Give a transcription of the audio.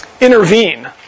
intervene